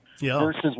versus